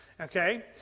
Okay